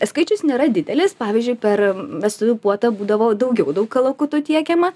skaičius nėra didelis pavyzdžiui per vestuvių puotą būdavo daugiau daug kalakutų tiekiama